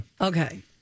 Okay